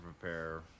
prepare